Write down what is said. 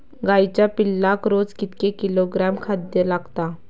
गाईच्या पिल्लाक रोज कितके किलोग्रॅम खाद्य लागता?